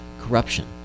corruption